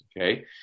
Okay